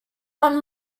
one